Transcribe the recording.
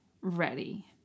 ready